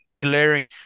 glaring